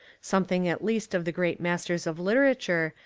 something at least of the great masters of literature,